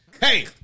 Hey